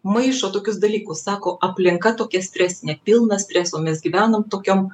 maišo tokius dalykus sako aplinka tokia stresinė pilna streso mes gyvenam tokiom